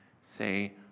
say